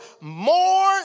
more